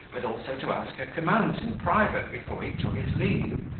but also to ask her commands in private before he took his leave,